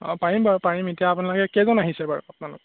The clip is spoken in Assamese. অঁ পাৰিম বাৰু পাৰিম এতিয়া আপোনালোকে কেইজন আহিছে বাৰু আপোনালোক